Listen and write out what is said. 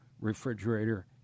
refrigerator